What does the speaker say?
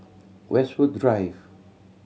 Westwood Drive